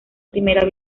primera